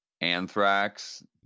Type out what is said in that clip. Anthrax